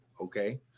Okay